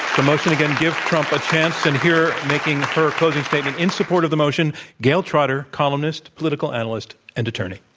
the motion again, give trump a chance. and here making her opposing statement in support of the motion, gayle trotter, columnist, political analyst, and attorney.